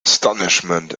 astonishment